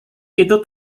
itu